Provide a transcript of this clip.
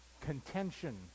contention